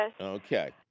Okay